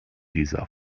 dieser